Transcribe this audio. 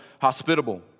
hospitable